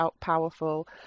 powerful